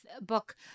book